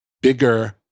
bigger